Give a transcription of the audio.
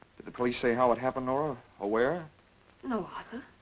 the police say how it happened, nora? or where? you know and